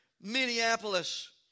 Minneapolis